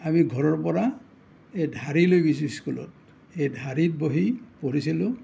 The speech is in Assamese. আমি ঘৰৰ পৰা এই ঢাৰি লৈ গৈছিলোঁ স্কুলত এই ঢাৰিত বহি পঢ়িছিলোঁ